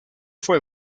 fue